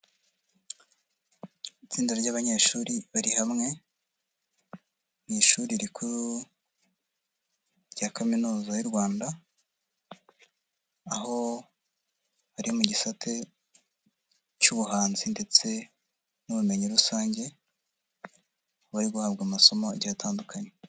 Itsinda ry'abanyeshuri bari hamwe, mu ishuri rikuru rya kaminuza y'u Rwanda, aho bari mu gisate cy'ubuhanzi ndetse n'ubumenyi rusange, bari guhabwa amasomo igihe atandukanye.